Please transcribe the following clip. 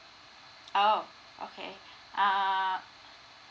oh okay err